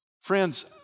Friends